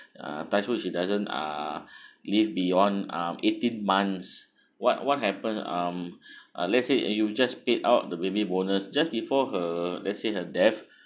uh touch wood she doesn't uh live beyond um eighteen months what what happen um uh let's say you just paid out the baby bonus just before her let's say her death